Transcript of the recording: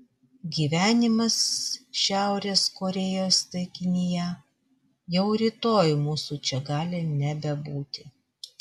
gyvenimas šiaurės korėjos taikinyje jau rytoj mūsų čia gali nebebūti